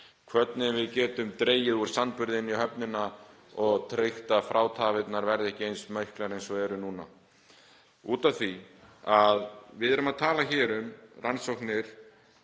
hvernig við getum dregið úr sandburði inn í höfnina og tryggt að frátafirnar verði ekki eins miklar og þær eru núna. Við erum að tala hér um rannsóknir